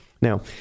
Now